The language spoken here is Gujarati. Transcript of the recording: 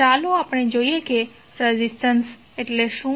તો ચાલો જોઈએ કે રેઝિસ્ટન્સ એટલે શું